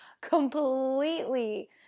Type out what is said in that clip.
completely